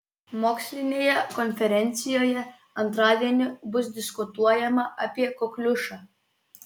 mokslinėje konferencijoje antradienį bus diskutuojama apie kokliušą